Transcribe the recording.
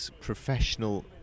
professional